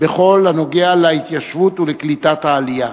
בכל הנוגע להתיישבות ולקליטת העלייה.